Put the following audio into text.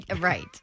Right